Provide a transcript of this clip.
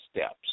steps